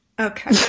okay